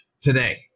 today